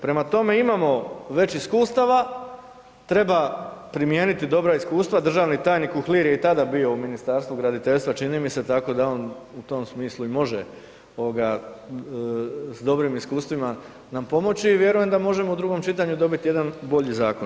Prema tome, imamo već iskustava, treba primijeniti dobra iskustva, državni tajnik Uhlir je i tada bio u Ministarstvu graditeljstva, čini mi se, tako da on u tom smislu i može s dobrim iskustvima nam pomoći i vjerujem da možemo u drugom čitanju dobit jedan bolji zakon.